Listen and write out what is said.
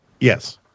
Yes